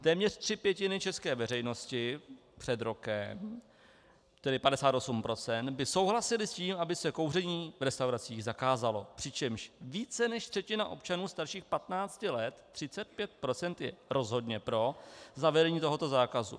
Téměř tři pětiny české veřejnosti před rokem, tedy 58 %, by souhlasily s tím, aby se kouření v restauracích zakázalo, přičemž více než třetina občanů starších patnácti let, 35 %, je rozhodně pro zavedení tohoto zákazu.